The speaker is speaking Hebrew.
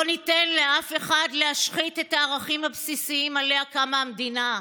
לא ניתן לאף אחד להשחית את הערכים הבסיסיים שעליהם קמה המדינה.